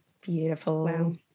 Beautiful